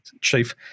chief